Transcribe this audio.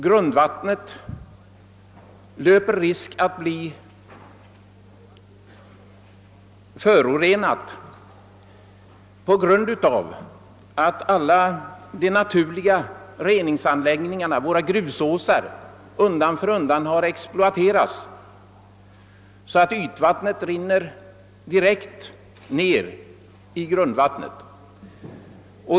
Grundvattnet löper risk att bli förorenat på grund av att alla de naturliga reningsanläggningarna, våra grusåsar, undan för undan har exploaterats, så att ytvattnet rinner direkt ned i grundvattnet.